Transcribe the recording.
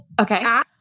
Okay